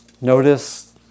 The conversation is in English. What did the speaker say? Notice